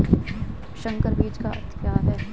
संकर बीज का अर्थ क्या है?